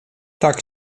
tak